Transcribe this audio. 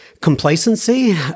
complacency